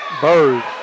Bird